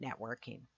networking